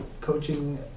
coaching